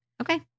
Okay